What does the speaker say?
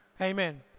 Amen